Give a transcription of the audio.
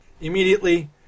Immediately